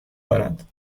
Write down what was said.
کند